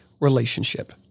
relationship